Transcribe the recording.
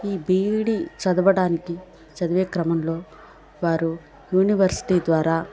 ఈ బిఈడీ చదవడానికి చదివే క్రమంలో వారు యూనివర్సిటీ ద్వారా